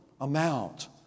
amount